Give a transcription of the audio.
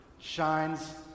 shines